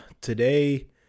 Today